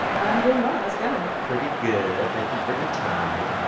i'm doing well. how's it going? pretty good. thank you for your time.